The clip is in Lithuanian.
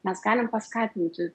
mes galim paskatinti